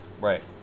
Right